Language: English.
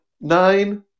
Nine